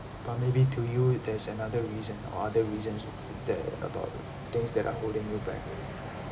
but maybe to you there's another reason or other reasons that about things that are holding you back